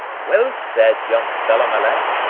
well said, young fellah-my-lad,